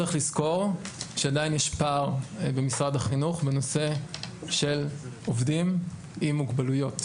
צריך לזכור שעדיין יש פער במשרד החינוך בנושא של עובדים עם מוגבלויות,